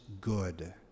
good